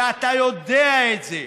ואתה יודע את זה.